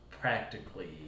practically